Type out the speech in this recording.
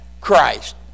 Christ